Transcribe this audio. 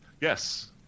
Yes